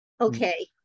okay